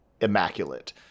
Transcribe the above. immaculate